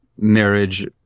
marriage